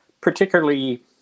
particularly